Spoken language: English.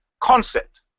concept